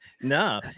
no